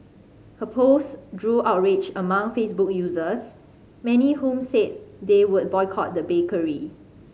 her post drew outrage among Facebook users many whom said they would boycott the bakery